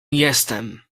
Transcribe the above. jestem